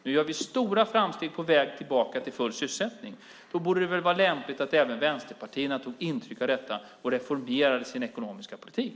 Nu gör vi stora framsteg på vägen tillbaka till full sysselsättning. Då borde det väl vara lämpligt att även vänsterpartierna tog intryck av detta och reformerade sin ekonomiska politik.